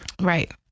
Right